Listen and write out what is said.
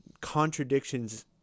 contradictions